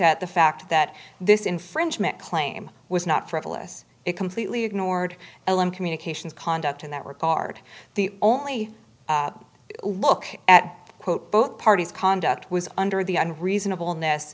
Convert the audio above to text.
at the fact that this infringement claim was not frivolous it completely ignored l m communications conduct in that regard the only a look at both parties conduct was under the on reasonable ness